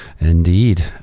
indeed